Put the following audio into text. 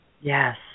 Yes